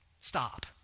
Stop